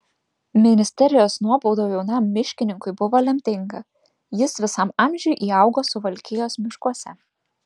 ministerijos nuobauda jaunam miškininkui buvo lemtinga jis visam amžiui įaugo suvalkijos miškuose